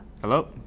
hello